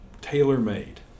tailor-made